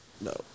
No